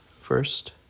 first